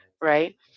right